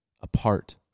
apart